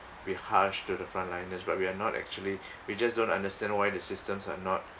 be harsh to the front liners but we're not actually we just don't understand why the systems are not